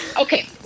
okay